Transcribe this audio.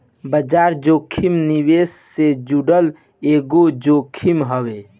बाजार जोखिम निवेश से जुड़ल एगो जोखिम हवे